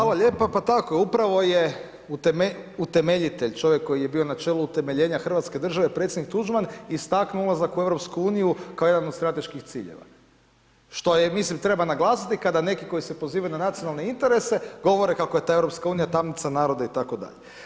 Hvala lijepa, pa tako je, upravo je utemeljitelj čovjek koji je bio na čelu utemeljenja hrvatske države, predsjednik Tuđman istaknuo ulazak u EU kao jedan od strateških ciljeva, što je, mislim, treba naglasiti kada neki koji se pozivaju na nacionalne interese, govore kako je ta EU tamnica naroda itd.